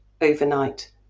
overnight